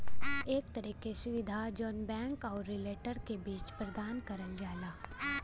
एक तरे क सुविधा जौन बैंक आउर रिटेलर क बीच में प्रदान करल जाला